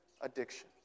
addiction